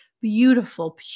beautiful